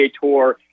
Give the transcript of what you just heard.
Tour